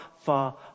far